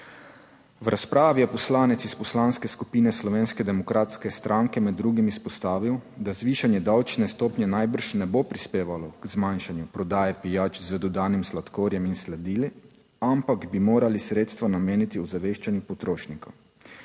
V razpravi je poslanec iz Poslanske skupine Slovenske demokratske stranke med drugim izpostavil, da zvišanje davčne stopnje najbrž ne bo prispevalo k zmanjšanju prodaje pijač z dodanim sladkorjem in sladili, ampak bi morali sredstva nameniti ozaveščanju potrošnikov.